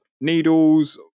needles